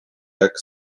jak